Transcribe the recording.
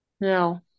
No